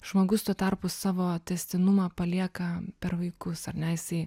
žmogus tuo tarpu savo tęstinumą palieka per vaikus ar ne jisai